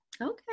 okay